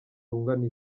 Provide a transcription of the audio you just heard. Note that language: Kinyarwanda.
rugana